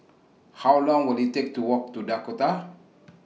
How Long Will IT Take to Walk to Dakota